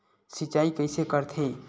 सिंचाई कइसे करथे?